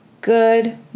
good